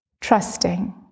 trusting